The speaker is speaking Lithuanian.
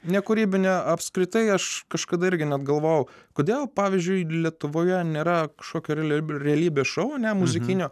nekūrybine apskritai aš kažkada irgi net galvojau kodėl pavyzdžiui lietuvoje nėra kažkokio realyb realybės šou o ne muzikinio